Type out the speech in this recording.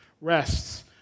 rests